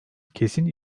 kesin